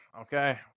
Okay